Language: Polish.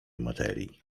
materii